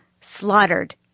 Slaughtered